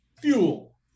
Fuel